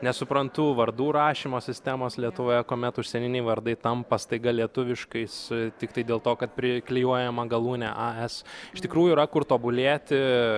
nesuprantu vardų rašymo sistemos lietuvoje kuomet užsieniniai vardai tampa staiga lietuviškais tiktai dėl to kad priklijuojama galūnė a es iš tikrųjų yra kur tobulėti